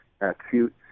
acute